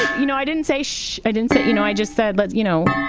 you know, i didn't say shh. i didn't say you know, i just said, but you know,